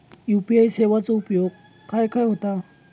UPI सेवेचा उपयोग खाय खाय होता?